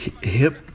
hip